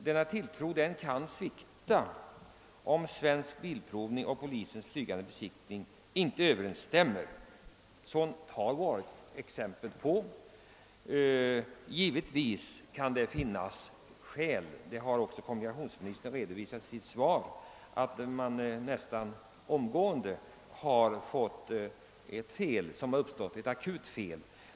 Denna tilltro kan svikta, om Svensk bilprovnings kontrollbesiktningar och polisens flygande besiktningar inte överensstämmer. Sådant finns det exempel på. Givetvis kan — såsom kommunikationsministern också redovisat i sitt svar — fel uppstå nästan omgående efter en besiktning. Det rör sig då självfallet om akuta fel.